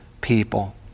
people